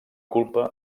culpa